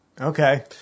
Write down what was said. Okay